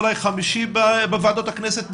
אולי חמישי בוועדות הכנסת בנושא.